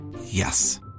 Yes